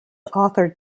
authored